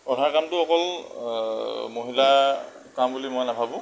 ৰন্ধা কামটো অকল মহিলাৰ কাম বুলি মই নাভাবোঁ